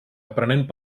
aprenent